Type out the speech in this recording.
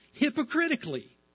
hypocritically